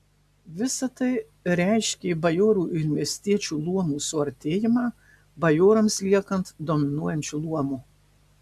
visa tai reiškė bajorų ir miestiečių luomų suartėjimą bajorams liekant dominuojančiu luomu